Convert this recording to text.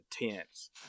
intense